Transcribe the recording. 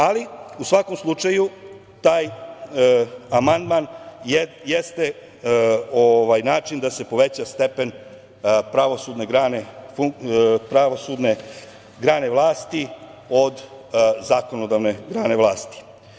Ali, u svakom slučaju taj amandman jeste način da se poveća stepen pravosudne grane vlasti od zakonodavne grane vlasti.